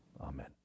Amen